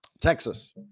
Texas